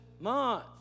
month